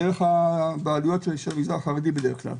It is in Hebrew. דרך הבעלויות של המגזר החרדי בדרך כלל.